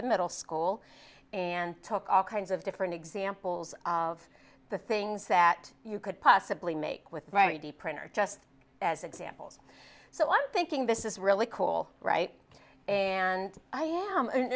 the middle school and talk all kinds of different examples of the things that you could possibly make with the right d printer just as examples so i'm thinking this is really cool right and i am